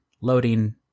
Loading